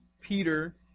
Peter